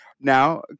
Now